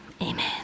amen